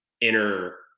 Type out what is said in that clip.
inner